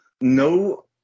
no